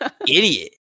idiot